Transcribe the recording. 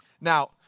Now